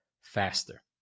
faster